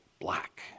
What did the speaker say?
black